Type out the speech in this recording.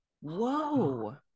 whoa